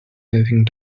anything